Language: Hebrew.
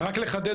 רק לחדד,